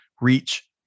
Reach